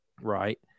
right